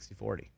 60-40